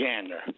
Gander